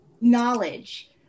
knowledge